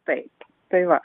taip tai va